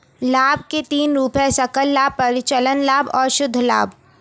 लाभ के तीन रूप हैं सकल लाभ, परिचालन लाभ और शुद्ध लाभ